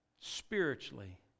spiritually